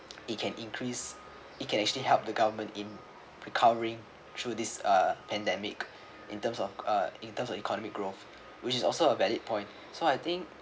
it can increase it can actually help the government in recovering through this uh pandemic in terms of uh in terms of economic growth which is also a valid point so I think